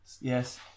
Yes